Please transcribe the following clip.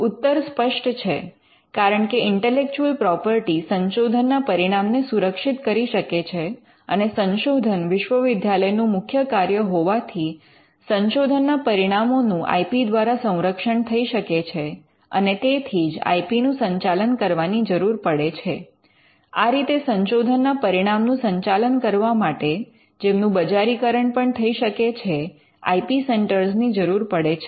ઉત્તર સ્પષ્ટ છે કારણ કે ઇન્ટેલેક્ચુઅલ પ્રોપર્ટી સંશોધનના પરિણામને સુરક્ષિત કરી શકે છે અને સંશોધન વિશ્વવિદ્યાલયનું મુખ્ય કાર્ય હોવાથી સંશોધનના પરિણામોનું આઇ પી દ્વારા સંરક્ષણ થઈ શકે છે અને તેથી જ આઇ પી નું સંચાલન કરવાની જરૂર પડે છે આ રીતે સંશોધનના પરિણા નું સંચાલન કરવા માટે જેમનું બજારીકરણ પણ થઈ શકે છે આઇ પી સેન્ટર ની જરૂર પડે છે